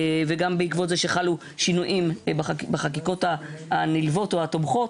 וגם בעקבות זה שחלו שינויים בחקיקות הנלוות או התומכות.